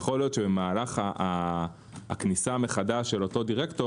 ייתכן שבמהלך הכניסה מחדש של אותו דירקטור